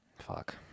fuck